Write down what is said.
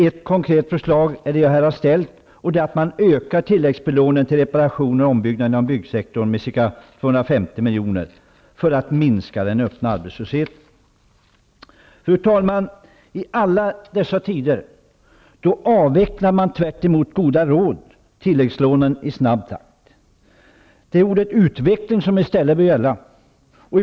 Ett konkret förslag är det jag här har framfört, nämligen att man ökar tilläggslånen för reparationer och ombyggnader inom byggsektorn med ca 250 miljoner för att minska den öppna arbetslösheten. Fru talman! I dessa tider avvecklar man -- tvärtemot alla goda råd -- i snabb takt tilläggslånen. I stället för att avveckla borde man utveckla.